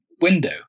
window